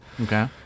Okay